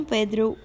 Pedro